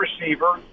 receiver